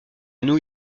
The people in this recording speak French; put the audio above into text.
new